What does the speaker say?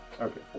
Okay